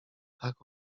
tak